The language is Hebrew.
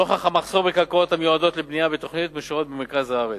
נוכח המחסור בקרקעות המיועדות לבנייה בתוכניות מאושרות במרכז הארץ,